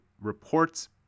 reports